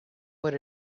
what